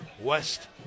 West